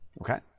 Okay